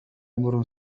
أمر